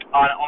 on